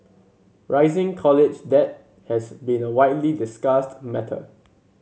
rising college debt has been a widely discussed matter